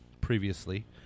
previously